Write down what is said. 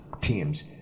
teams